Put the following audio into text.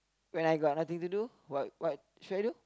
when I got nothing to do what what should I do